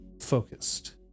focused